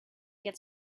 get